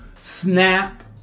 Snap